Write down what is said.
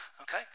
Okay